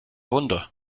wunder